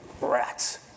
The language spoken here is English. rats